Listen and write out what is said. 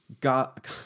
God